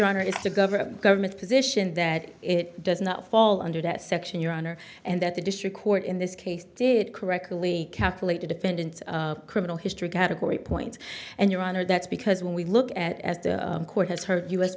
honor it's the government government's position that it does not fall under that section your honor and that the district court in this case did correctly calculate a defendant's criminal history category points and your honor that's because when we look at as the court has heard us